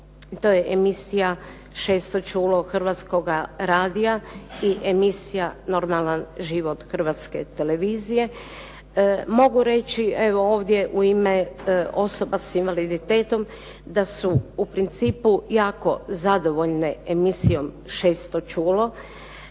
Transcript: To je emisija "Šesto čulo" Hrvatskoga radija i emisija "Normalan život" Hrvatske televizije. Mogu reći evo ovdje u ime osoba s invaliditetom da su u principu jako zadovoljne emisijom "Šesto